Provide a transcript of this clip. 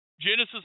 Genesis